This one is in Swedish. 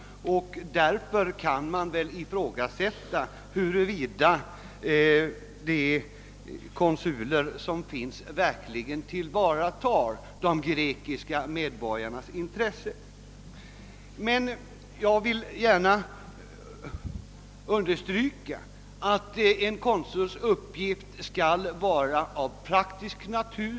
Därför kan det ifrågasättas huruvida de konsuler som finns i dessa länder verkligen tillvaratar de grekiska medborgarnas intressen. Jag vill gärna understryka att en konsuls uppgift skall vara av praktisk natur.